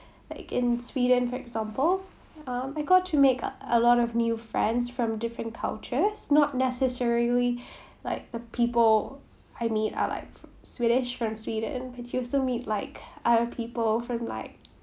like in sweden for example um I got to make a lot of new friends from different cultures not necessarily like the people I meet are like swedish from sweden and also meet like other people from like